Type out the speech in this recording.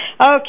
Okay